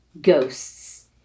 ghosts